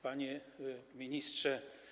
Panie Ministrze!